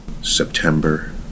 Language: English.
September